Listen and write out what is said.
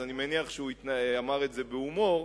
אז אני מניח שהוא אמר את זה בהומור,